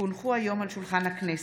כי הונחו היום על שולחן הכנסת,